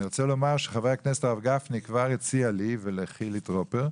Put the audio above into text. אני רוצה לומר שחבר הכנסת הרב גפני כבר הציע לי ולחילי טרופר,